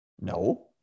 No